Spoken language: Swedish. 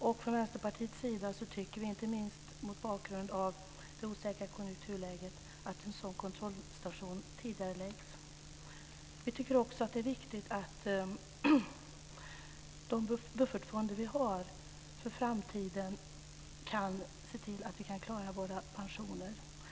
Från Vänsterpartiets sida tycker vi inte minst mot bakgrund av det osäkra konjunkturläget att en sådan kontrollstation bör tidigareläggas. Vi tycker också att det är viktigt att vi med de buffertfonder vi har för framtiden ser till att klara våra framtida pensioner.